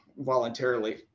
voluntarily